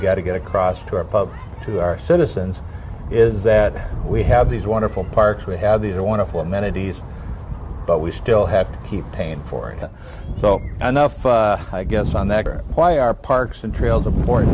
got to get across to a pub to our citizens is that we have these wonderful parks we have these are wonderful amenities but we still have to keep paying for it so i know i guess on that or why our parks and trails